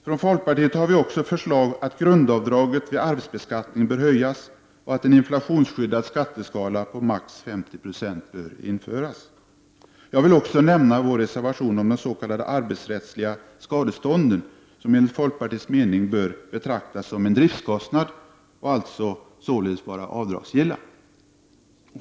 Från folkpartiet har vi också förslag om att grundavdraget vid arvsbeskattningen bör höjas och att en inflationsskyddad skatteskala på maximalt 50 90 bör införas. Jag vill också nämna vår reservation om de s.k. arbetsrättsliga skadestånden, som enligt folkpartiets mening bör betraktas som en driftskostnad och således vara avdragsgilla.